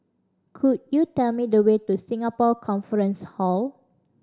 could you tell me the way to Singapore Conference Hall